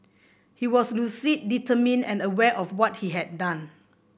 he was lucid determined and aware of what he had done